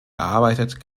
gearbeitet